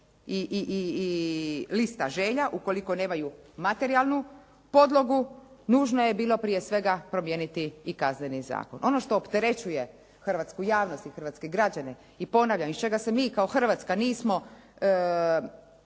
i lista želja, ukoliko nemaju materijalnu podlogu, nužno je bilo prije svega promijeniti i Kazneni zakon. Ono što opterećuje hrvatsku javnost i hrvatske građane i ponavljam iz čega se mi kao Hrvatska nismo